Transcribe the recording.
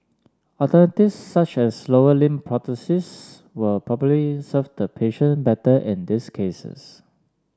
alternatives such as lower limb prosthesis will probably serve the patient better in these cases